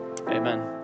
amen